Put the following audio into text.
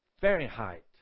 Fahrenheit